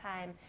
time